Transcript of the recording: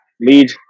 lead